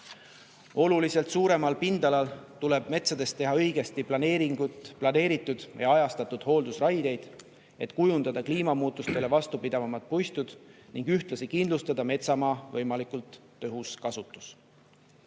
Oluliselt suuremal pindalal tuleb metsadest teha õigesti planeeritud ja ajastatud hooldusraideid, et kujundada kliimamuutustele vastupidavamad puistud ning ühtlasi kindlustada metsamaa võimalikult tõhus kasutus.